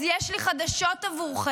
אז יש לי חדשות עבורכם,